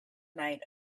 night